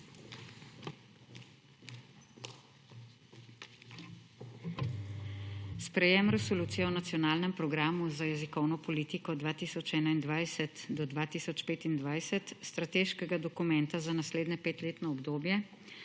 Sprejem resolucije o nacionalnem programu za jezikovno politiko 2021-2025 strateškega dokumenta za naslednje petletno obdobje